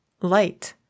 light